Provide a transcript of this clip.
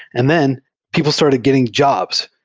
and then people started getting jobs,